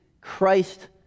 Christ